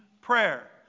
prayer